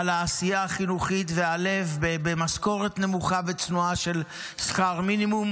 על העשייה החינוכית ועל הלב במשכורת נמוכה וצנועה של שכר מינימום.